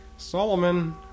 Solomon